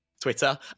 Twitter